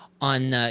on